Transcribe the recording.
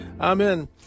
Amen